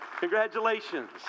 Congratulations